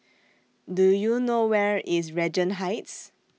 Do YOU know Where IS Regent Heights